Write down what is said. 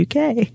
UK